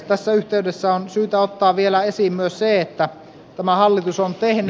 tässä yhteydessä on syytä ottaa vielä esiin myös se että tämä hallitus on tehnyt